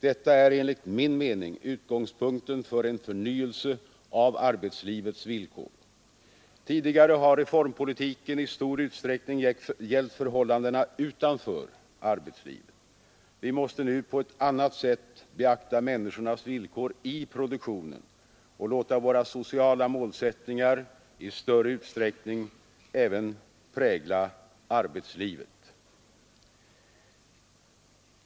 Detta är enligt min mening utgångspunkten för en förnyelse av arbetslivets villkor. Tidigare har reformpolitiken i stor utsträckning gällt förhållanden utanför arbetslivet. Vi måste nu på ett annat sätt beakta människornas villkor i produktionen och låta våra sociala målsättningar i större utsträckning även prägla arbetslivet.